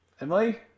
Emily